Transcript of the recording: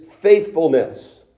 faithfulness